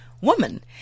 woman